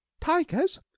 tigers